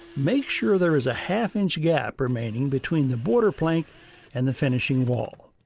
make sure there is a half inch gap remaining between the border plank and the finishing wall.